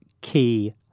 key